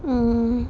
mm